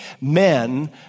Men